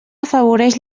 afavoreix